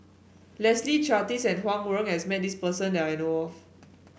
Leslie Charteris and Huang Wenhong has met this person that I know of